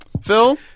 Phil